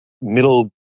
middle